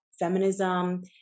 feminism